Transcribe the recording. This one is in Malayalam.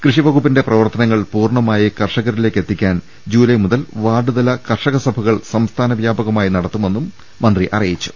കൃഷ്ടി വകുപ്പിന്റെ പ്രവർത്തനങ്ങൾ പൂർണ്ണമായി കർഷകരിലേക്കെത്തിക്കാൻ ജൂലൈ മുതൽ വാർഡുതല കർഷകസഭകൾ സംസ്ഥാനത്താകെ നടത്തുമെന്നും മന്ത്രി അറിയിച്ചു